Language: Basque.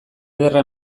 ederra